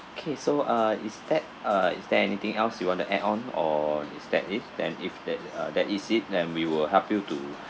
okay so uh is that uh is there anything else you want to add on or is that it then if that uh that is it then we will help you to